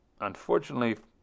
unfortunately